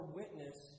witness